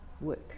work